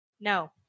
no